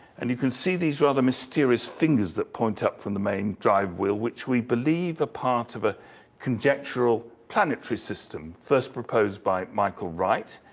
and you can see these rather mysterious fingers that point up from the main drive wheel, which we believe are part of a conjectural planetary system first proposed by michael wright.